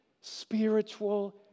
spiritual